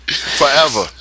Forever